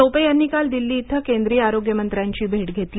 टोपे यांनी काल दिल्ली इथं केंद्रीय आरोग्यमंत्र्यांची भेट घेतली